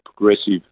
progressive